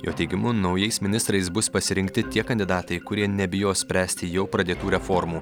jo teigimu naujais ministrais bus pasirinkti tie kandidatai kurie nebijo spręsti jau pradėtų reformų